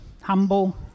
humble